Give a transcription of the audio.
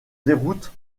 déroute